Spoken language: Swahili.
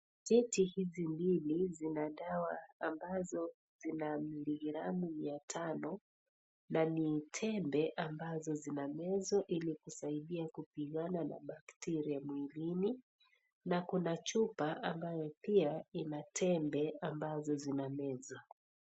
Cheti hizi mbili zina dawa ambazo zina miligramu mia tano na ni tembe ambazo zina mezwa ili kusaidia kupigana na bacteria mwilini na kuna chupa ambayo pia ina tembe ambazo zinamezwa.